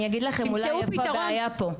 אני אגיד לכם איפה הבעיה פה.